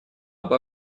обо